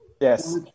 Yes